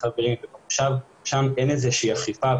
שם אין איזושהי אכיפה.